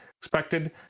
expected